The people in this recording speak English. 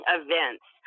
events